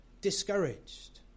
discouraged